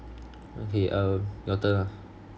okay uh your turn lah